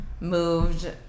moved